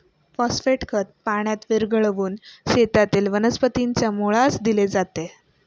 phosphate खत पाण्यात विरघळवून शेतातील वनस्पतीच्या मुळास दिले जाते